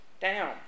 down